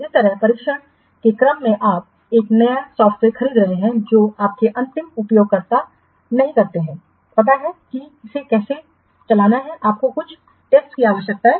इसी तरह प्रशिक्षण के क्रम में आप एक नया सॉफ्टवेयर खरीद रहे हैं जो आपके अंतिम उपयोगकर्ता नहीं करते हैं पता है कि इसे कैसे चलाना है आपको कुछ प्रशिक्षण की आवश्यकता है